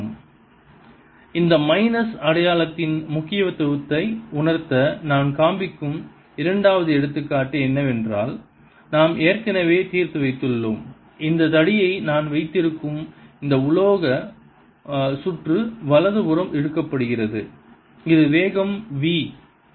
0 LdIdtRI dIdtRLI0 or II0e RLt இந்த minus அடையாளத்தின் முக்கியத்துவத்தை உணர்த்த நான் காண்பிக்கும் இரண்டாவது எடுத்துக்காட்டு என்னவென்றால் நாம் ஏற்கனவே தீர்த்து வைத்துள்ளோம் இந்த தடியை நான் வைத்திருக்கும் இந்த உலோக சுற்று வலதுபுறம் இழுக்கப்படுகிறது இது வேகம் v